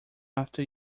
after